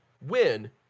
win